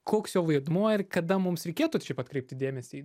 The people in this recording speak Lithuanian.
koks jo vaidmuo ir kada mums reikėtų šiaip atkreipti dėmesį